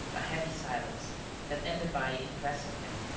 a heavy silence that ended by impressing him.